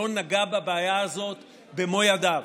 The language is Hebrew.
אין כמעט אדם בבית הזה שלא נגע בבעיה הזאת במו ידיו,